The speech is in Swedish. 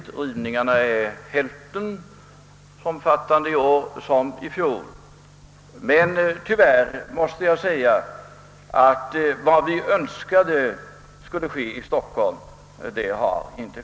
Antalet rivningar är i år hälften så stort som i fjol. Men tyvärr måste jag säga, att det som vi önskade skulle ske i Stockholm inte har skett.